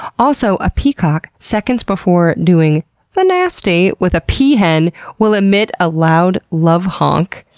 also, a peacock, seconds before doing the nasty with a peahen will emit a loud love honk,